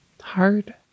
hard